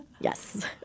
Yes